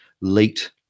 leaked